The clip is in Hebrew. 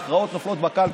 ההכרעות נופלות בקלפי,